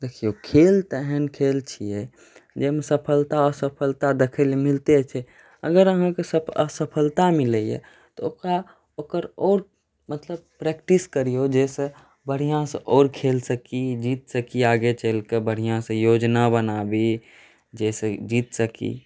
देखिऔ खेल तऽ एहन खेल छिए जाहिमे सफलता असफलता देखैलए मिलिते छै अगर अहाँके असफलता मिलैए तऽ ओकरा ओकर आओर मतलब प्रैक्टिस करिऔ जाहिसँ बढ़िआँसँ आओर खेल सकी जीत सकी आगे चलिकऽ बढ़िआँसँ योजना बनाबी जाहिसँ जीत सकी